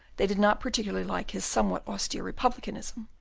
they did not particularly like his somewhat austere republicanism,